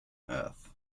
earth